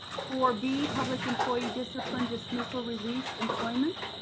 four b, public employee discipline, dismissal, release, employment,